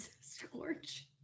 Scorch